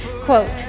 quote